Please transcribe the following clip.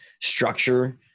structure